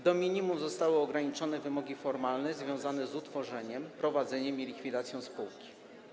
Do minimum zostały ograniczone wymogi formalne związane z utworzeniem, prowadzeniem i likwidacją spółki.